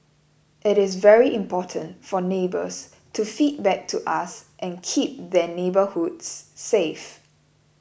it is very important for neighbours to feedback to us and keep their neighbourhoods safe